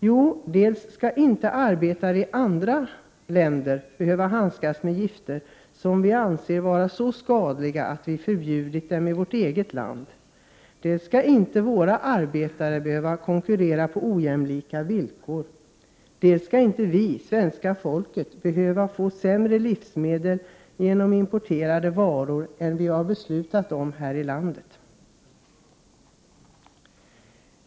Jo, dels skall inte arbetare i andra länder behöva handskas med gifter som vi anser vara så skadliga att vi förbjudit dem i vårt eget land, dels skall inte våra arbetare konkurrera på ojämlika villkor, dels skall vi, svenska folket, inte behöva få sämre livsmedel genom importerade varor än vi har beslutat om inom landet.